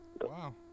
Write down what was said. Wow